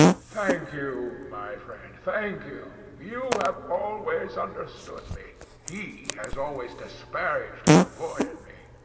thank you, my friend thank you. you have always understood me he has always disparaged and avoided me.